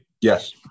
yes